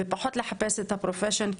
ופחות לחפש את ה-profession.